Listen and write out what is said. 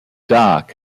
dock